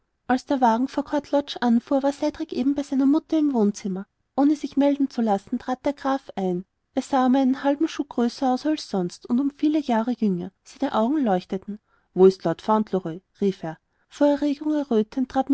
als der wagen vor court lodge anfuhr war cedrik eben bei seiner mutter im wohnzimmer ohne sich melden zu lassen trat der graf ein er sah um einen halben schuh größer aus als sonst und um viele viele jahre jünger seine augen leuchteten wo ist lord fauntleroy rief er vor erregung errötend trat